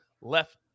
left